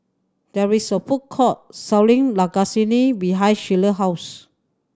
there is a food court selling Lasagne behind Shelia house